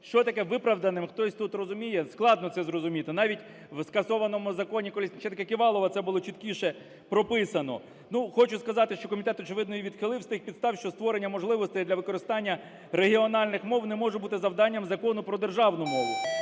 Що таке "виправданим" хтось тут розуміє? Складно це зрозуміти, навіть в скасованому законі Колесніченко-Ківалова це було чіткіше прописано. Ну хочу сказати, що комітет, очевидно, її відхилив з тих підстав, що створення можливостей для використання регіональних мов не може бути завданням Закону про державну мову.